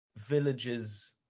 Villages